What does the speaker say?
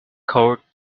court